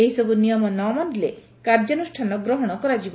ଏହିସବୁ ନିୟମ ନ ମାନିଲେ କାର୍ଯ୍ୟାନୁଷ୍ଠାନ ଗ୍ରହଣ କରାଯିବ